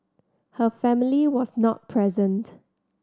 her family was not present